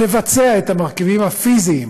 לבצע את המרכיבים הפיזיים